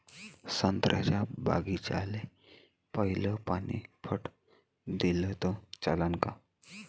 संत्र्याच्या बागीचाले पयलं पानी पट दिलं त चालन का?